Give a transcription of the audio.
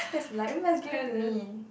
that's like oh let's give it to me